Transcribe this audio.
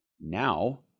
Now